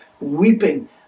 weeping